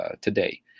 today